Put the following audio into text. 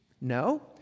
No